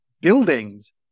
buildings